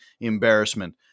embarrassment